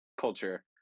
culture